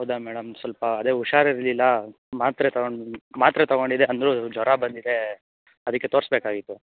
ಹೌದಾ ಮೇಡಮ್ ಸ್ವಲ್ಪ ಅದೇ ಹುಷಾರ್ ಇರಲಿಲ್ಲ ಮಾತ್ರೆ ತಗೊಂಡು ಮಾತ್ರೆ ತಗೊಂಡಿದ್ದೆ ಅಂದ್ರೂ ಜ್ವರ ಬಂದಿದೆ ಅದಕ್ಕೆ ತೋರಿಸ್ಬೇಕಾಗಿತ್ತು